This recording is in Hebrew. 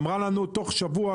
היא אמרה לנו שתוך שבוע,